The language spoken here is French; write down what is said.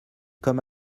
comme